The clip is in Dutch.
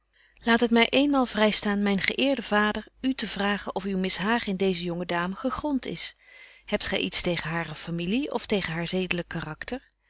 laat het my eenmaal vrystaan myn geëerde vader u te vragen of uw mishagen in deeze jonge dame gegront is hebt gy iets tegen hare familie of tegen haar zedelyk karakter